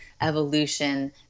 evolution